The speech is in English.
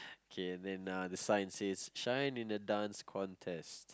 okay and then uh the sign says shine in a Dance Contest